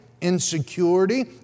insecurity